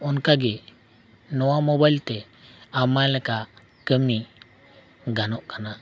ᱚᱱᱠᱟ ᱜᱮ ᱱᱚᱣᱟ ᱢᱳᱵᱟᱭᱤᱞ ᱛᱮ ᱟᱭᱢᱟ ᱞᱮᱠᱟ ᱠᱟᱹᱢᱤ ᱜᱟᱱᱚᱜ ᱠᱟᱱᱟ